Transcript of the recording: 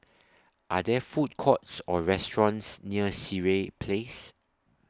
Are There Food Courts Or restaurants near Sireh Place